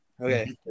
Okay